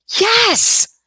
Yes